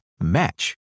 match